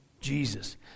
Jesus